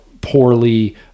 poorly